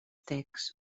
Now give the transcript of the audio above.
text